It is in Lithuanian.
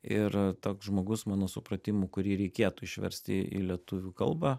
ir toks žmogus mano supratimu kurį reikėtų išversti į lietuvių kalbą